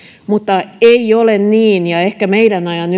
mutta ei ole niin vaikka ehkä meidän ajan